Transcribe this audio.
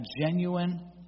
genuine